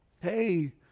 Hey